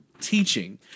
teaching